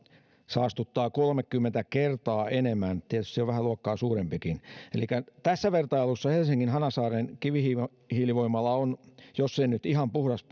saastuttaa kolmekymmentä kertaa enemmän tietysti se on vähän luokkaa suurempikin elikkä tässä vertailussa helsingin hanasaaren kivihiilivoimala on jos ei nyt ihan puhdas